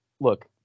look